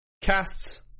casts